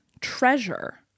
treasure